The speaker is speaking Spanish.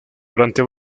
durante